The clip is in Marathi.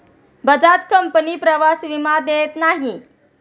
बजाज कंपनी प्रवास विमा देत नाही